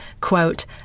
quote